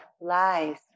lies